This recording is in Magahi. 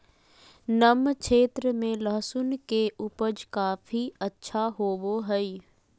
नम क्षेत्र में लहसुन के उपज काफी अच्छा होबो हइ